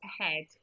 ahead